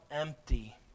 empty